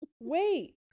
Wait